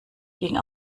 ging